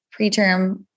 preterm